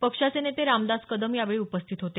पक्षाचे नेते रामदास कदम यावेळी उपस्थित होते